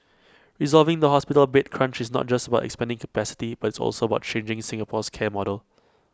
resolving the hospital bed crunch is not just about expanding capacity but it's also about changing Singapore's care model